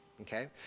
Okay